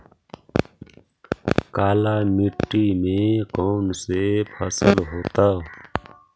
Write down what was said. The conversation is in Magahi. काला मिट्टी में कौन से फसल होतै?